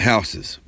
Houses